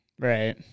Right